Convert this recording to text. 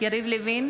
יריב לוין,